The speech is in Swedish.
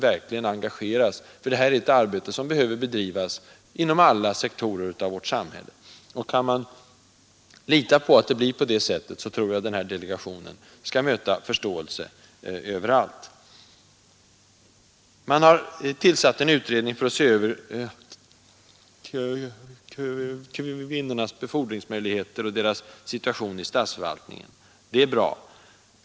Detta är ett arbete som behöver bedrivas inom alla sektorer av vårt samhälle. Blir det så tror jag att den här delegationen kommer att möta förståelse överallt. Man har tillsatt en utredning för att se över kvinnornas situation i statsförvaltningen. Det är bra.